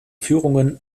führungen